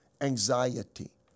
anxiety